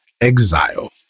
exile